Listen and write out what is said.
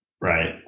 Right